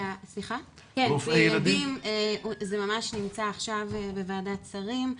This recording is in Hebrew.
כן, זה ממש נמצא עכשיו בוועדת שרים.